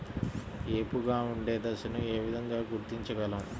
ఏపుగా ఉండే దశను ఏ విధంగా గుర్తించగలం?